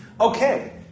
Okay